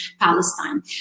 Palestine